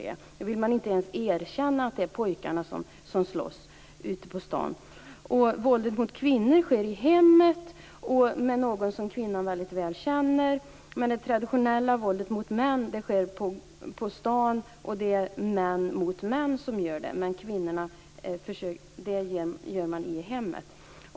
Man vill inte ens erkänna att det är pojkar som slåss på stan. Våldet mot kvinnor sker i hemmen av någon som kvinnorna känner väl. Det traditionella våldet mot män sker på stan, och det är män mot män. Våldet mot kvinnorna sker i hemmen.